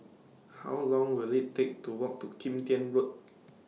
How Long Will IT Take to Walk to Kim Tian Road